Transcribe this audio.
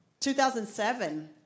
2007